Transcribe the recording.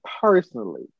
personally